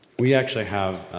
we actually have,